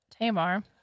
Tamar